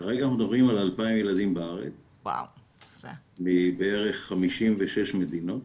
כרגע מדברים על 2,000 ילדים בארץ מבערך 56 מדינות.